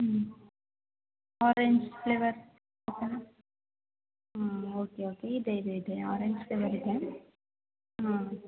ಹ್ಞೂ orange flavour ಓಕೆನಾ ಹ್ಞೂ ಓಕೆ ಓಕೆ ಇದೆ ಇದೆ ಇದೆ ಆರೆಂಜ್ ಫ್ಲೇವರ್ ಇದೆ ಹಾಂ